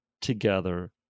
together